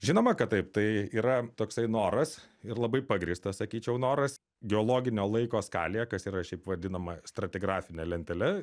žinoma kad taip tai yra toksai noras ir labai pagrįstas sakyčiau noras geologinio laiko skalėje kas yra šiaip vadinama stratigrafine lentele